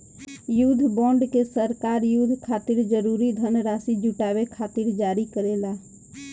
युद्ध बॉन्ड के सरकार युद्ध खातिर जरूरी धनराशि जुटावे खातिर जारी करेला